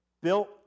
built